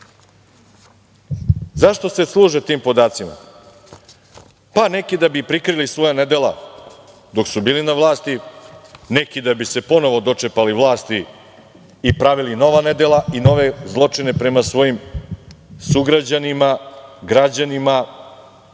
se služe tim podacima? Neki da bi prikrili svoja nedela dok su bili na vlasti, neki da bi se ponovo dočepali vlasti i pravili nova nedela, nove zločine prema svojim sugrađanima, građanima.